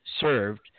served